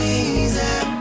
easy